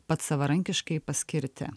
pats savarankiškai paskirti